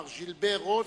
מר ז'ילבר רוס,